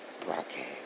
broadcast